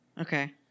Okay